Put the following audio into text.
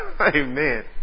Amen